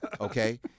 Okay